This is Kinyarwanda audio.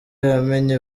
yamennye